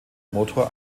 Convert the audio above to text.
motor